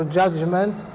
judgment